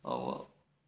!wow!